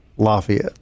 Lafayette